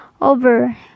over